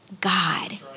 God